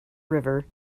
river